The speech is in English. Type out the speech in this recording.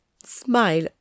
Smile